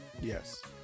Yes